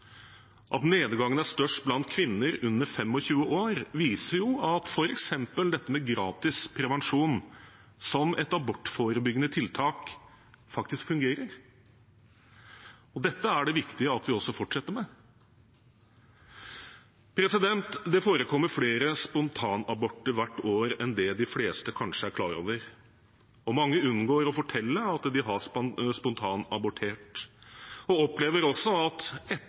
At nedgangen er størst blant kvinner under 25 år, viser jo at f.eks. gratis prevensjon som abortforebyggende tiltak faktisk fungerer. Dette er det viktig at vi også fortsetter med. Det forekommer flere spontanaborter hvert år enn de fleste kanskje er klar over. Mange unngår å fortelle at de har spontanabortert, og mange opplever også at